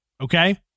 okay